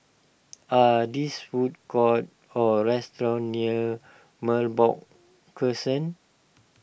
are this food courts or restaurants near Merbok Crescent